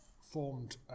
formed